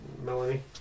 Melanie